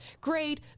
great